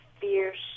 fierce